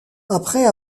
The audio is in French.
après